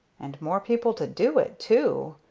and more people to do it, too,